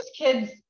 kids